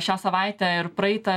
šią savaitę ir praeitą